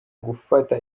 gufata